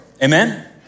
Amen